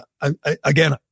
again